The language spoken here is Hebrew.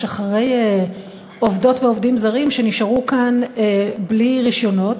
אחרי עובדות ועובדים זרים שנשארו כאן בלי רישיונות.